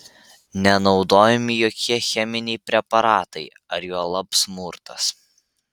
nenaudojami jokie cheminiai preparatai ar juolab smurtas